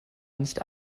nicht